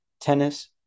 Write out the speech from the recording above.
tennis